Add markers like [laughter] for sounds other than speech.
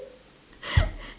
[laughs]